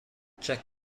jack